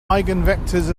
eigenvectors